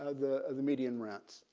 ah the the median rents.